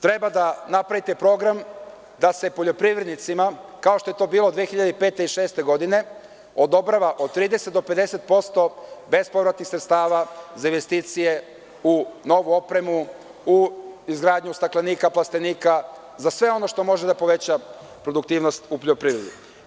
Treba da napravite program da se poljoprivrednicima, kao što je to bilo 2005. i 2006. godine, odobrava od 30 do 50% bespovratnih sredstava za investicije u novu opremu, u izgradnju staklenika, plastenika, za sve ono što može da poveća produktivnost u poljoprivredi.